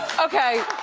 okay,